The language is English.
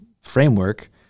framework